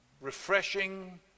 refreshing